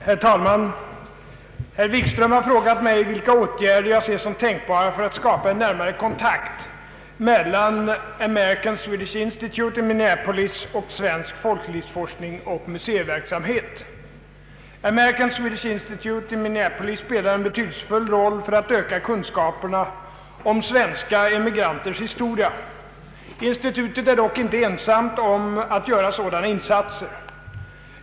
Herr talman! Herr Wikström har frågat mig vilka åtgärder jag ser som tänkbara för att skapa en närmare kontakt mellan American Swedish Institute i Minneapolis och svensk folklivsforskning och museiverksamhet. American Swedish Institute i Minneapolis spelar en betydelsefull roll för att öka kunskaperna om svenska emigranters historia, Institutet är dock inte ensamt om att göra sådana insatser.